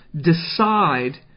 decide